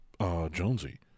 Jonesy